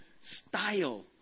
style